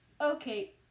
Okay